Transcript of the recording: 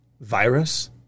virus